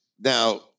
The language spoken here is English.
Now